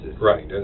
Right